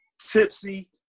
tipsy